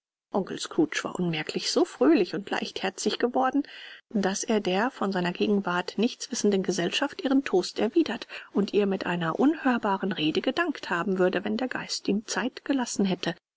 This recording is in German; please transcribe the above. onkel scrooge war unmerklich so fröhlich und leichtherzig geworden daß er der von seiner gegenwart nichts wissenden gesellschaft ihren toast erwidert und ihr mit einer unhörbaren rede gedankt haben würde wenn der geist ihm zeit gelassen hätte